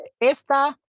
Esta